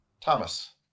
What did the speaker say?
Thomas